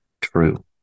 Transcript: true